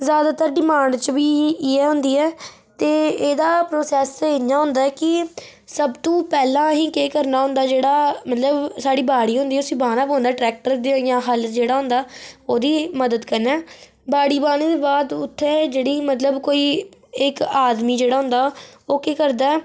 ज्यादातर डिमांड च बी इयै होंदी ऐ ते एह्दा प्रोसेस इयां होंदा कि सबतूं पैहलां अहेंगी केह् करना होंदा जेह्ड़ा मतलब साढ़ी बाड़ी होंदी ऐ उसी बाह्ना पौंदा टरैक्टर दे होए जां हल जेह्ड़ा होंदा ओह्दी मदद कन्नै बाड़ी बाह्ने दे बाद उत्थै जेह्ड़ी मतलब कोई इक आदमी जेह्ड़ा हुंदा ओह् केह् करदा